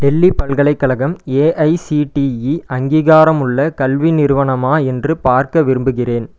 டெல்லி பல்கலைக்கழகம் ஏஐசிடிஇ அங்கீகாரமுள்ள கல்வி நிறுவனமா என்று பார்க்க விரும்புகிறேன்